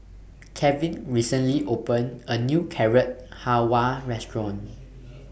Kevin recently opened A New Carrot Halwa Restaurant